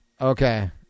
Okay